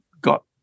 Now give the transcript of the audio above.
got